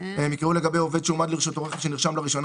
יקראו לגבי עובד שהועמד לרשותו רכב שנרשם לראשונה